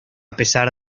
pesar